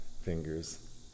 fingers